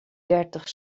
dertig